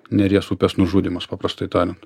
neries upės nužudymas paprastai tariant